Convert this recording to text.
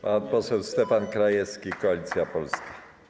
Pan poseł Stefan Krajewski, Koalicja Polska.